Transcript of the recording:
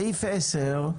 10,